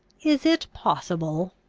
is it possible,